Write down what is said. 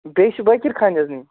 بیٚیہِ چھِ بٲکِرخانہِ حظ نِنۍ